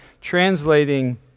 translating